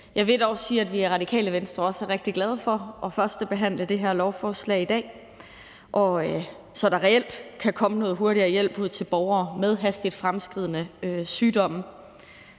Jeg vil dog sige, at vi i Radikale Venstre også er rigtig glade for at førstebehandle det her lovforslag i dag, så der reelt kan komme noget hurtigere hjælp ud til borgere med hastigt fremadskridende sygdomme.